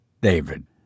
David